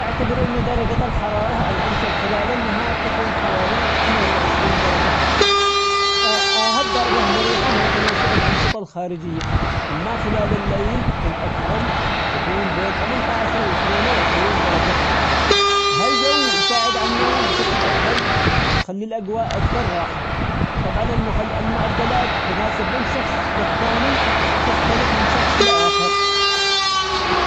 أعتبر أنه درجة الحرارة الأمثل خلال النهار تكون حوالي ثمانية وعشرين درجة، هالدرجة مريحة وتناسب الأنشطة الخارجية، أما خلال الليل فالأفضل تكون بين ثمانية عشر واثنين وعشرين درجة، هالجو يساعد عالنوم بشكل أفضل ويخلي الأجواء أكثر راحة، وطبعا المخ- المعدلات تناسب من شخص للثاني تختلف من شخص لآخر.